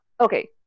okay